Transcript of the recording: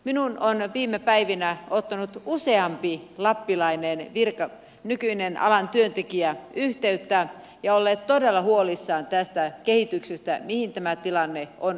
minuun on viime päivinä ottanut useampi lappilainen nykyinen alan työntekijä yhteyttä ja he ovat olleet todella huolissaan tästä kehityksestä siitä mihin tämä tilanne on menossa